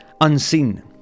unseen